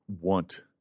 want